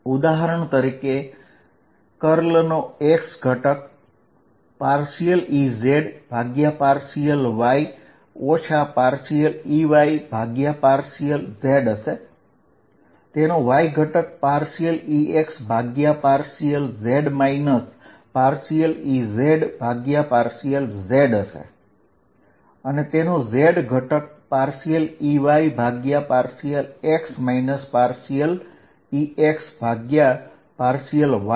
ઉદાહરણ તરીકે કર્લનો x ઘટક Ezδy Eyδzછે તેનો y ઘટક Exδz Ezδx હશે અને તેનો z ઘટક Eyδx Exδyછે